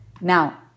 now